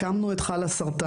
הקמנו את ׳חלאסרטן׳,